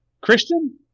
Christian